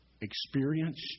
experienced